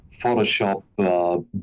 Photoshop